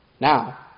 Now